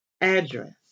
Address